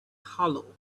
hollow